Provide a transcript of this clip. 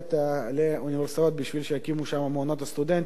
לאוניברסיטאות בשביל שיקימו שם מעונות לסטודנטים.